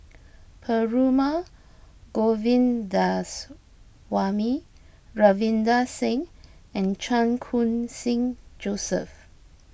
Perumal Govindaswamy Ravinder Singh and Chan Khun Sing Joseph